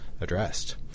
addressed